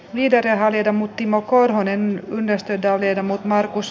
liberaali tomut timo korhonen estetään viedä mut markus